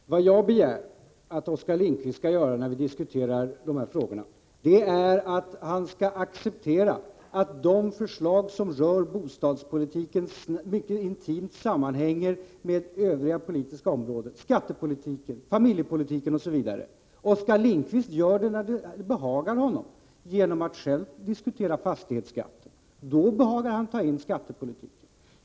Herr talman! Vad jag begär att Oskar Lindkvist skall göra när vi diskuterar de här frågorna är att acceptera att de förslag som rör bostadspolitiken mycket intimt sammanhänger med övriga politiska områden: skattepolitiken, familjepolitiken osv. Oskar Lindkvist uppfattar det så när det behagar honom, genom att själv diskutera fastighetsskatten — då behagar han ta in skattepolitiken.